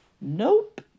Nope